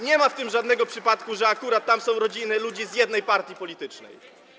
Nie ma w tym żadnego przypadku, że akurat tam są rodziny ludzi z jednej partii politycznej.